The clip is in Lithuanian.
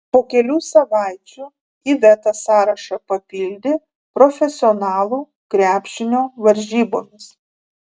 po kelių savaičių iveta sąrašą papildė profesionalų krepšinio varžybomis